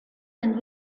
and